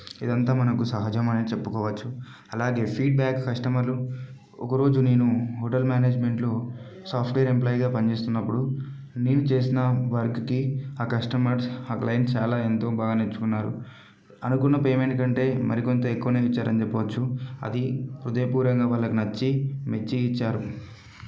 ఇది అంతా మనకు సహజమనే చెప్పుకోవచ్చు అలాగే ఫీడ్బ్యాగ్ కస్టమర్లు ఒకరోజు నేను హోటల్ మేనేజ్మెంట్లో సాఫ్ట్వేర్ ఎంప్లాయ్గా పనిచేస్తున్నప్పుడు నేను చేసిన వర్క్కి ఆ కస్టమర్ ఆ క్లైంట్ చాలా ఎంతో బాగా నేర్చుకున్నారు అనుకున్న పేమెంట్ కంటే మరికొంత ఎక్కువనే ఇచ్చారని చెప్పవచ్చు అది హృదయపూర్వకంగా వాళ్ళకి నచ్చి మెచ్చి ఇచ్చారు